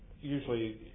Usually